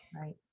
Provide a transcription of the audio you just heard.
Right